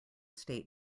state